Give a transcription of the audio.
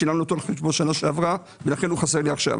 שילמנו אותו על חשבון שנה שעברה ולכן הוא חסר לי עכשיו.